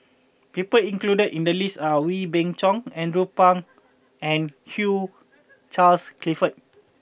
people included in the list are Wee Beng Chong Andrew Phang and Hugh Charles Clifford